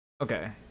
Okay